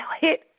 hit